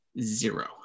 zero